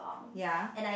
ya